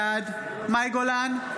בעד מאי גולן,